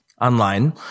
online